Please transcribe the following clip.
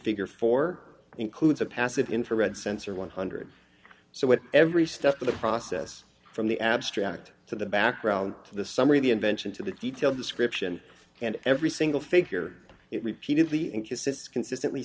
figure four includes a passive infrared sensor one hundred dollars so it every step of the process from the abstract to the background to the summary of the invention to the detailed description and every single figure it repeatedly and kisses consistently